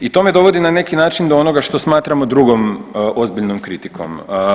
I to me dovodi na neki način do onoga što smatramo drugom ozbiljnom kritikom.